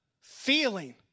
feeling